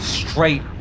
straight